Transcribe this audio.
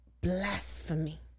Blasphemy